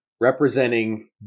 representing